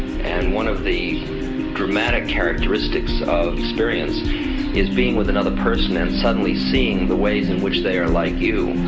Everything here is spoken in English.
and one of the dramatic characteristics of experience is being with another person and suddenly seeing the ways in which they are like you,